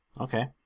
Okay